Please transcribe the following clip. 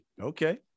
Okay